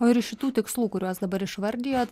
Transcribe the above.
o ir šitų tikslų kuriuos dabar išvardijot